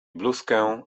bluzkę